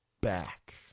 back